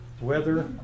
Weather